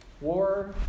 War